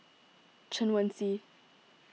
Chen Wen Hsi